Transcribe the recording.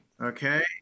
Okay